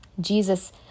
Jesus